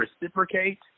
reciprocate